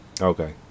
Okay